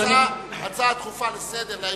הצעה דחופה לסדר.